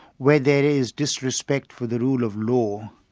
where there is disrespect for the rule of law,